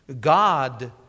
God